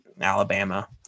Alabama